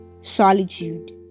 Solitude